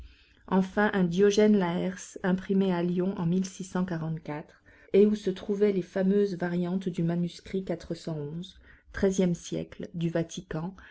enfin un diogène laërce imprimé à lyon en et où se trouvaient les fameuses variantes du manuscrit treizième siècle du vatican